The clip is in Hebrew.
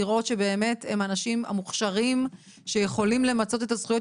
לראות שהם באמת האנשים המוכשרים שיכולים למצות את הזכויות,